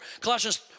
Colossians